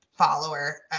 follower